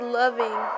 loving